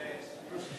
כן.